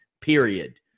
period